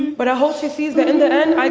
but i hope she sees that in the end, i